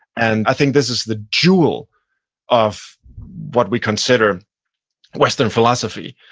and i think this is the jewel of what we consider western philosophy.